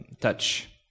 touch